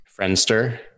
Friendster